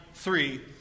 Three